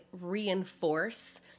reinforce